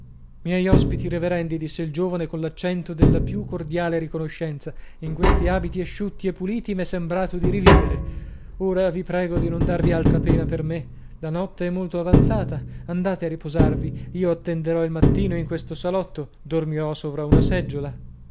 miei ospiti reverendi disse il giovane coll'accento della più cordiale riconoscenza in questi abiti asciutti e puliti m'è sembrato di rivivere ora vi prego di non darvi altra pena per me la notte è molto avanzata andate a riposarvi io attenderò il mattino in questo salotto dormirò sovrà una seggiola